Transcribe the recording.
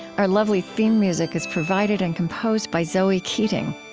our lovely theme music is provided and composed by zoe keating.